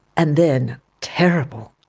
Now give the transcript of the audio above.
and then terrible,